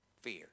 fear